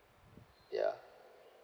ya